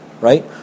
right